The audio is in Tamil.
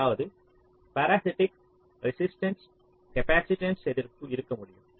அதாவது பார்ஸிட்டிக்ஸ் ரெசிஸ்டன்ஸ் கபாசிடன்சஸ் எதிர்ப்பு இருக்க முடியும்